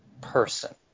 person